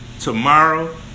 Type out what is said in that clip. tomorrow